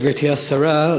גברתי השרה,